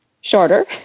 shorter